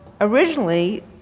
originally